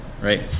Right